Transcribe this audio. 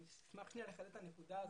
אני אשמח לחדד את הנקודה הזאת.